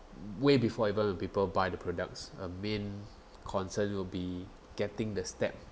way before even a people buy the products a main concern will be getting the step